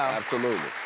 absolutely.